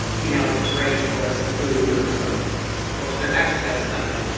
you know, with breaks for some food or some or so exercise or something.